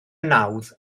nawdd